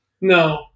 No